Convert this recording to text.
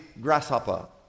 grasshopper